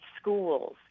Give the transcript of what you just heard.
schools